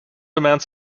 amounts